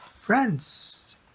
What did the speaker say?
friends